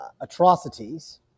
atrocities